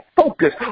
focus